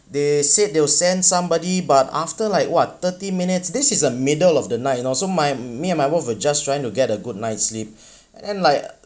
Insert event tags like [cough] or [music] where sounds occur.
they said they will send somebody but after like !wah! thirty minutes this is a middle of the night you know so my me and my wife were just trying to get a good night sleep [breath] then like